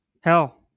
Hell